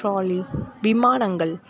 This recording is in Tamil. ட்ராலி விமானங்கள்